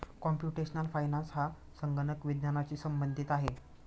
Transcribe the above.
computational finance हा संगणक विज्ञानाशी संबंधित आहे